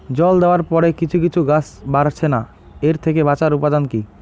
জল দেওয়ার পরে কিছু কিছু গাছ বাড়ছে না এর থেকে বাঁচার উপাদান কী?